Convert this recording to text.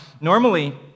normally